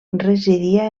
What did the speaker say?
residia